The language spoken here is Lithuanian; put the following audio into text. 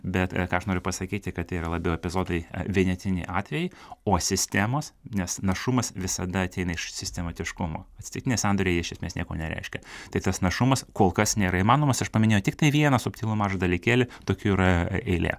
bet ką aš noriu pasakyti kad tai yra labiau epizodai vienetiniai atvejai o sistemos nes našumas visada ateina iš sistematiškumo atsitiktiniai sandoriai jie iš esmės nieko nereiškia tai tas našumas kol kas nėra įmanomas aš paminėjau tiktai vieną subtilų mažą dalykėlį tokių yra eilė